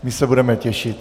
My se budeme těšit.